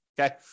Okay